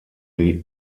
die